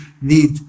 need